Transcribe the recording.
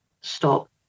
stop